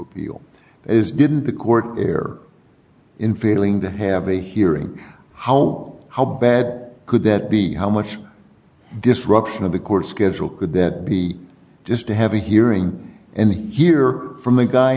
appeal is didn't the court here in failing to have a hearing how how bad could that be how much disruption of the court schedule could that be just to have a hearing any hear from the guy